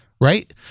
right